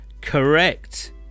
Correct